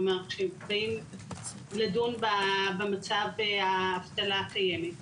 שבאים לדון במצב האבטלה הקיימת.